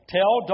Tell